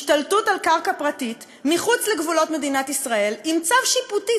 השתלטות על קרקע פרטית מחוץ לגבולות מדינת ישראל עם צו שיפוטי,